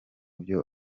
byo